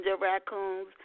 Raccoons